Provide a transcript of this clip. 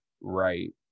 right